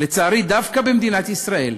לצערי, דווקא במדינת ישראל,